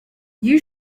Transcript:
you